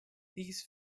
these